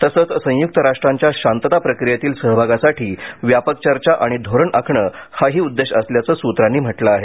तसच संयुक्त राष्ट्राच्या शांतता प्रक्रियेतील सहभागासाठी व्यापक चर्चा आणि धोरण आखणे हाही उद्देश असल्याचं सूत्रांनी म्हटल आहे